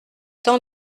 temps